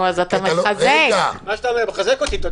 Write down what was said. אתה לא יכול לעשות תור.